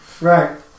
right